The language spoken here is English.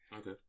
Okay